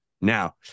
now